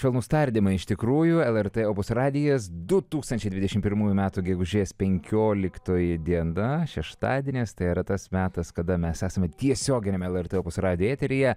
švelnūs tardymai iš tikrųjų lrt opus radijas du tūkstančiai dvidešimt pirmųjų metų gegužės penkioliktoji diena šeštadienis tai yra tas metas kada mes esame tiesioginiame lrt opus radijo eteryje